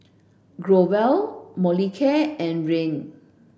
Growell Molicare and Rene